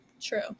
True